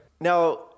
Now